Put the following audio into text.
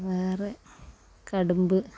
വേറെ കടുമ്പ്